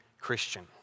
Christian